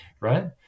right